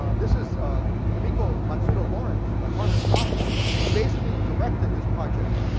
um this is kamiko matsudo lawrence, a harvard sophomore, who basically directed this project.